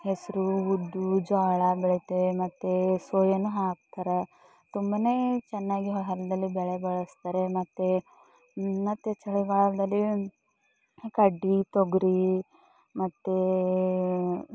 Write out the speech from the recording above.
ಹೆಸರು ಉದ್ದು ಜೋಳ ಬೆಳಿತೇವೆ ಮತ್ತು ಸೊಯಾನು ಹಾಕ್ತಾರೆ ತುಂಬನೇ ಚೆನ್ನಾಗಿ ಹೊಲದಲ್ಲಿ ಬೆಳೆ ಬೆಳೆಸ್ತಾರೆ ಮತ್ತು ಮತ್ತು ಚಳಿಗಾಲದಲ್ಲಿ ಕಡ್ಡಿ ತೊಗರಿ ಮತ್ತು